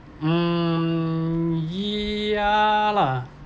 mm ya lah